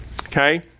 Okay